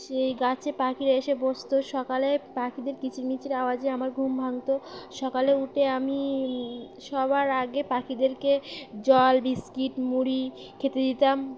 সেই গাছে পাখিরা এসে বসত সকালে পাখিদের কিচিরমিচির আওয়াজে আমার ঘুম ভাঙতো সকালে উঠে আমি সবার আগে পাখিদেরকে জল বিস্কিট মুড়ি খেতে দিতাম